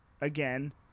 again